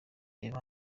reba